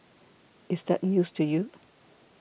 is that news to you